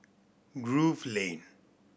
Grove Lane